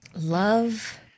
love